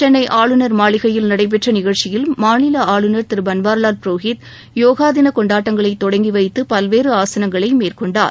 சென்னை ஆளுநர் மாளிகையில் நடைபெற்ற நிகழ்ச்சியில் மாநில ஆளுநர் திரு பன்வாரிவால் புரோஹித் யோகா தின கொண்டாட்டங்களை தொடங்கி வைத்து பல்வேறு ஆசனங்களை மேற்கொண்டார்